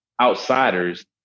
outsiders